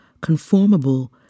conformable